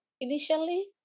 initially